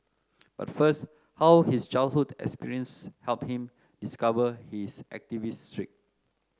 but first how his childhood experiences helped him discover his activist streak